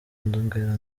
ndongera